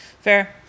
Fair